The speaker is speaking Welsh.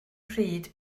pryd